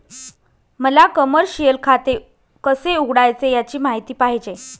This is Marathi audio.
मला कमर्शिअल खाते कसे उघडायचे याची माहिती पाहिजे